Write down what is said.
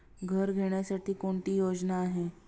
घर घेण्यासाठी कोणती योजना आहे?